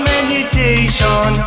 Meditation